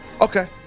Okay